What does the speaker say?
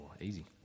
easy